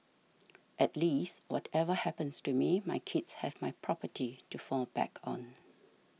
at least whatever happens to me my kids have my property to fall back on